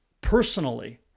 personally